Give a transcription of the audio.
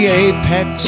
apex